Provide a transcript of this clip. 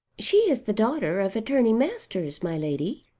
she is the daughter of attorney masters, my lady.